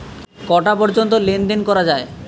কটা পর্যন্ত লেন দেন করা য়ায়?